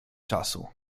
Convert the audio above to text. czasu